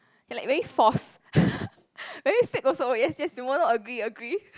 he like very forced very fake also yes yes mono agree agree